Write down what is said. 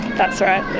that's right,